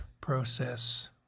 process